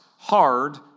hard